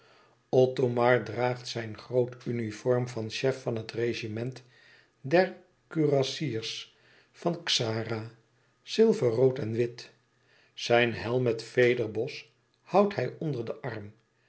othomar draagt zijn groot uniform van chef van het regiment der kurassiers van xara zilver rood en wit zijn helm met vederbos houdt hij onder den arm